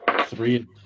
three